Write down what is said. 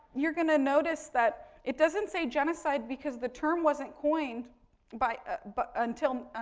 you're going to notice that it doesn't say genocide because the term wasn't coined by but until,